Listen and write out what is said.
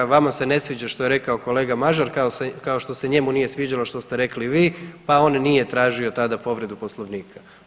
Vama se ne sviđa što je rekao kolega Mažar, kao što se njemu nije sviđalo što ste rekli vi, pa on nije tražio tada povredu Poslovnika.